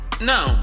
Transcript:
No